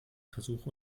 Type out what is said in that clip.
versuch